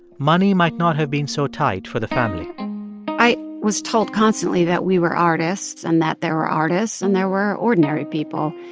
money might not have been so tight for the family i was told constantly that we were artists and that there were artists and there were ordinary people,